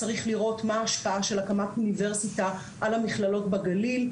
צריך לראות מה ההשפעה של הקמת אוניברסיטה על המכללות בגליל,